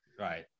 Right